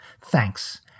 Thanks